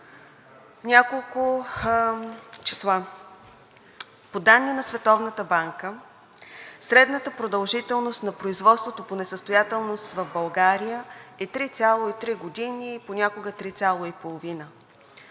Няколко числа. По данни на Световната банка средната продължителност на производството по несъстоятелност в България е 3,3 години, понякога 3,5